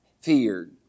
feared